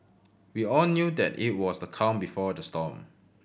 we all knew that it was the calm before the storm